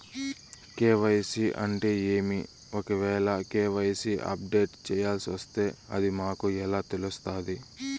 KYC అంటే ఏమి? ఒకవేల కె.వై.సి అప్డేట్ చేయాల్సొస్తే అది మాకు ఎలా తెలుస్తాది?